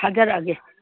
ꯊꯥꯖꯔꯛꯑꯒꯦ